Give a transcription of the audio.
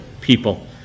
people